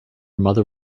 mother